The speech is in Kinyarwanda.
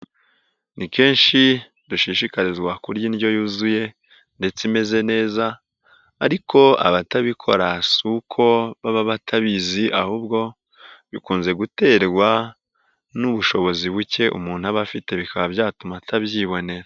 Ni kenshi dushishikarizwa kurya indyo yuzuye ndetse imeze neza ariko abatabikora si uko baba batabizi ahubwo bikunze guterwa n'ubushobozi buke umuntu aba afite bikaba byatuma atabyibonera.